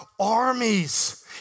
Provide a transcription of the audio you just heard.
armies